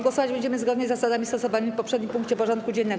Głosować będziemy zgodnie z zasadami stosowanymi w poprzednim punkcie porządku dziennego.